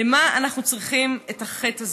למה אנחנו צריכים את החטא הזה?